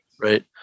right